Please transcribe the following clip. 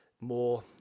more